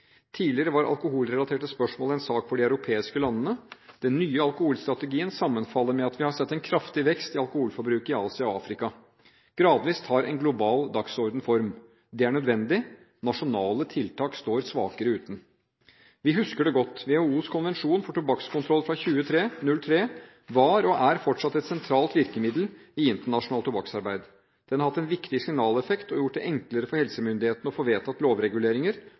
Tidligere var alkoholrelaterte spørsmål en sak for de europeiske landene. Den nye alkoholstrategien sammenfaller med at vi har sett en kraftig vekst i alkoholforbruket i Asia og Afrika. Gradvis tar en global dagsorden form. Det er nødvendig. Nasjonale tiltak står svakere uten. Vi husker det godt: WHOs konvensjon for tobakkskontroll fra 2003 var, og er fortsatt, et sentralt virkemiddel i internasjonalt tobakksarbeid. Den har hatt en viktig signaleffekt og gjort det enklere for helsemyndighetene å få vedtatt lovreguleringer,